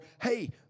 Hey